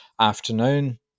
afternoon